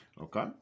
okay